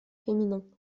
féminins